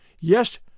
Yes